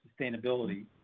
sustainability